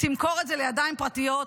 תמכור את זה לידיים פרטיות,